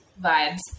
vibes